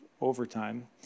overtime